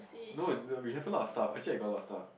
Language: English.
no the we have a lot of stuff actually I got a lot of stuff